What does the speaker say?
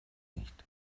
nicht